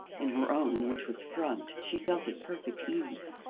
in her own, which was front, she felt at perfect ease,